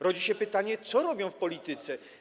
Rodzi się pytanie, co robią w polityce.